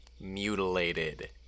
mutilated